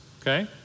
okay